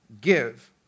Give